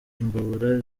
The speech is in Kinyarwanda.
imbabura